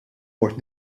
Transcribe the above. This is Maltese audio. mort